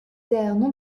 errent